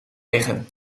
liggen